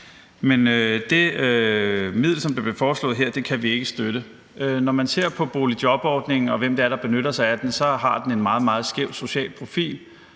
Men det middel, der bliver foreslået her, kan vi ikke støtte. Når man ser på boligjobordningen og på, hvem der benytter sig af den, så har den en meget, meget skæv social profil,